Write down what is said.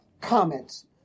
comments